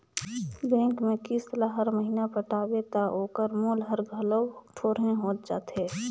bank में किस्त ल हर महिना पटाबे ता ओकर मूल हर घलो थोरहें होत जाथे